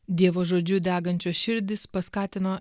dievo žodžiu degančios širdys paskatino